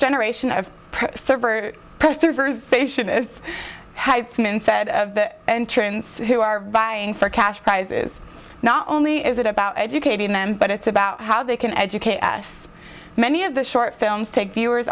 generation of pro has been said of the entrance who are vying for cash prizes not only is it about educating them but it's about how they can educate us many of the short films take viewers